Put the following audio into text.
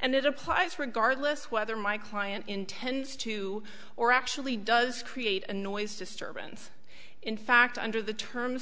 and it applies regardless whether my client intends to or actually does create a noise disturbance in fact under the terms